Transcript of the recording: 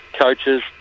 coaches